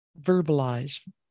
verbalize